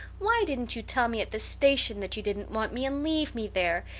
why didn't you tell me at the station that you didn't want me and leave me there?